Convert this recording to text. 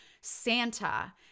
SANTA